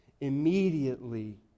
immediately